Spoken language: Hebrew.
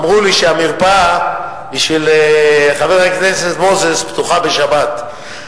ואמרו לי שהמרפאה בשביל חבר הכנסת מוזס פתוחה בשבת.